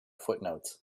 footnotes